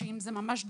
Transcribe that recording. שאם זה ממש דחוף,